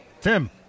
Tim